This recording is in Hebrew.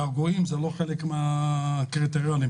געגועים זה לא חלק מן הקריטריונים.